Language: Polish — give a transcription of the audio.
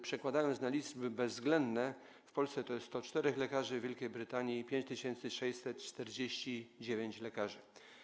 Przekładając to na liczby bezwzględne: w Polsce to jest 104 lekarzy, w Wielkiej Brytanii - 5649 lekarzy.